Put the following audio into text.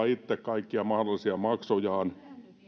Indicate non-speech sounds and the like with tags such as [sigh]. [unintelligible] itse kaikkia mahdollisia maksujaan